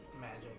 magic